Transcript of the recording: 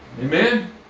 Amen